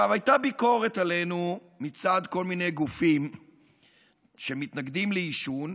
הייתה ביקורת עלינו מצד כל מיני גופים שמתנגדים לעישון,